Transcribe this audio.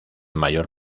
mayor